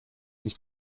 ich